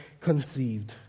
conceived